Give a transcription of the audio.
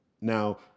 Now